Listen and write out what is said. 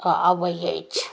आबैत अछि